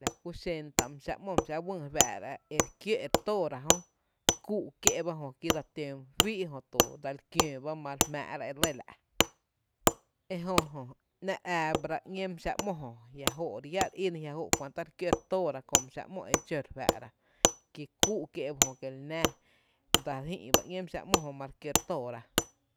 La kú xen tá’ mý xⱥⱥ’ ‘mo, mý xⱥⱥ’ wÿÿ e re fara e re kió’ re tóóra jö kúú’ kié’ bajö kí dsa tǿǿ mý fíí’ jö tú dsel kiǿǿ ba ma re jmⱥⱥ’ra e lɇ la’ e jö jö, ‘náá’ re ⱥⱥ ba ra ‘ñéé mý xⱥ’ ‘mo jö, a jia’ jó’ re lla re íná, jia’ jóó kuanta re kió re tóóra kö mý xáá’ ´mo e dxó re fáá’ra, kí kúú kié’ ba ejö kie’ la náá re jï’ ba ‘ñé mý xáá’ ‘mo jö ma re kió’ re tóóra.